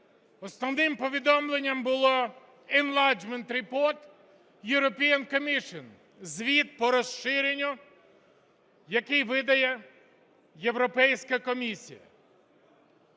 основним повідомлення було Enlargement Report European Commission, Звіт по розширенню, який видає Європейська комісія.